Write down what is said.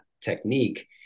technique